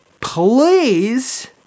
please